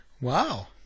Wow